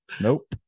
nope